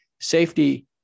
safety